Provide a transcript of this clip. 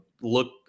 look